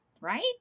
Right